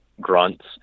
grunts